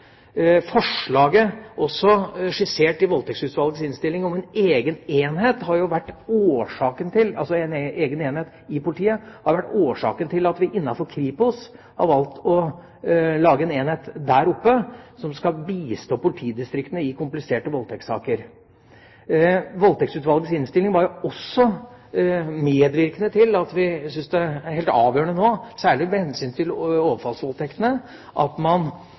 Forslaget – også skissert i Voldtektsutvalgets innstilling – om en egen enhet i politiet har vært årsaken til at vi innenfor Kripos har valgt å lage en enhet der oppe, som skal bistå politidistriktene i kompliserte voldtektssaker. Voldtektsutvalgets innstilling var også medvirkende til at vi syns det er helt avgjørende nå – særlig med hensyn til overfallsvoldtektene – at man